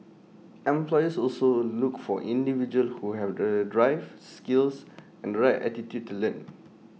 employers also look for individuals who have the drive skills and the right attitude to learn